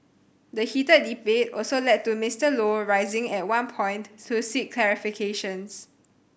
the heated debate also led to Mister Low rising at one point to seek clarifications